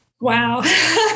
Wow